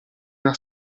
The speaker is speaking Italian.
una